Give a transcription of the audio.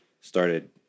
started